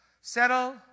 Settle